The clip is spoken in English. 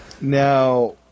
Now